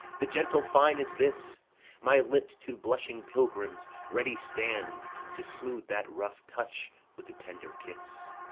the gentle fine is this my lips, two blushing pilgrims, ready stand to smooth that rough touch with a tender kiss.